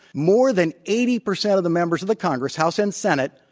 more than eighty percent of the members of the congress, house and senate,